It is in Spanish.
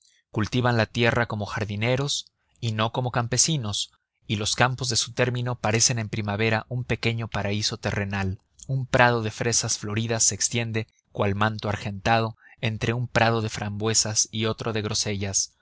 cultivan la tierra como jardineros y no como campesinos y los campos de su término parecen en primavera un pequeño paraíso terrenal un prado de fresas floridas se extiende cual manto argentado entre un prado de frambuesas y otro de grosellas